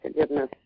forgiveness